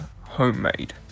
homemade